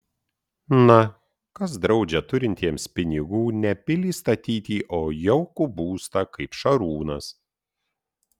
na kas draudžia turintiems pinigų ne pilį statyti o jaukų būstą kaip šarūnas